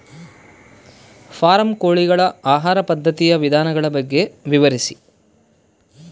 Form ಕೋಳಿಗಳ ಆಹಾರ ಪದ್ಧತಿಯ ವಿಧಾನಗಳ ಬಗ್ಗೆ ವಿವರಿಸಿ?